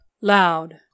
Loud